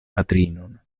patrinon